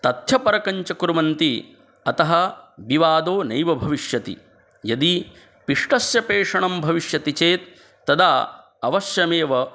तच्च परकञ्च कुर्वन्ति अतः विवादो नैव भविष्यति यदि पिष्टस्य पेषणं भविष्यति चेत् तदा अवश्यमेव